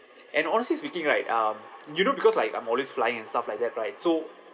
and honestly speaking right um you know because like I'm always flying and stuff like that right so